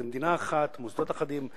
זו מדינה אחת, מוסדות אחדים.